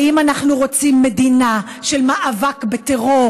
האם אנחנו רוצים מדינה של מאבק בטרור